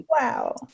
Wow